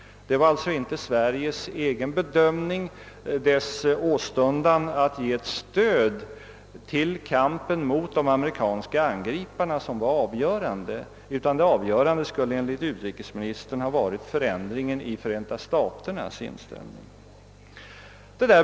Det var alltså inte Sveriges egen bedömning, dess åstundan att ge ett stöd till kampen mot de amerikanska angriparna, som var avgörande, utan det avgörande skulle enligt utrikesministern ha varit förändringen i Förenta staternas inställning.